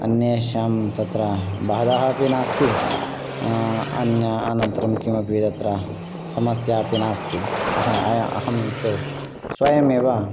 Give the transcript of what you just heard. अन्येषां तत्र बाधाः अपि नास्ति अन्य अनन्तरं किमपि तत्र समस्या अपि नास्ति अहं तु स्वयमेव